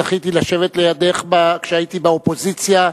זכיתי לשבת לידך כשהייתי באופוזיציה,